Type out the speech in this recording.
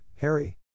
Harry